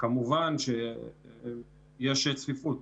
כמובן שיש צפיפות.